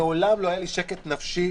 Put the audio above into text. מעולם לא היה לי שקט נפשי.